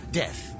death